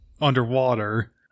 underwater